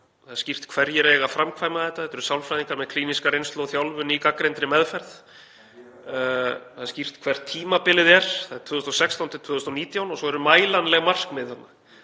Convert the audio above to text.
Það er skýrt hverjir eiga að framkvæma þetta. Það eru sálfræðingar með klíníska reynslu og þjálfun í gagnreyndri meðferð. Það er skýrt hvert tímabilið er, 2016–2019, og svo eru mælanleg markmið þarna,